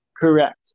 correct